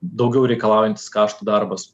daugiau reikalaujantis kaštų darbas